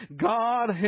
God